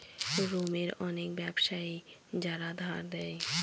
রোমের অনেক ব্যাবসায়ী যারা ধার দেয়